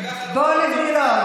בואו נגדיל עוד.